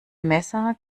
messer